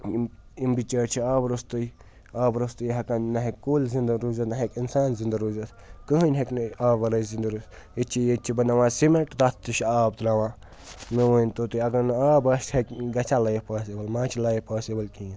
یِم بِچٲرۍ آبہٕ روٚستٕے آبہٕ روٚستٕے ہٮ۪کَن نہ ہیٚکہِ کُل زِنٛد روٗزِتھ نہ ہیٚکہِ اِنسان زِندٕ روٗزِتھ کٕہۭنۍ ہٮ۪کہِ نہٕ آبہٕ وَرٲے زِندٕ روٗ ییٚتہِ چھِ ییٚتہِ چھِ بَناوان سِم۪ٹ تتھ تہِ چھِ آب ترٛاوان مےٚ ؤنۍتو تُہۍ اَگر نہٕ آب آسہِ ہے گژھیٛا لایف پاسِبٕل ما چھِ لایف پاسِبٕل کِہیٖنۍ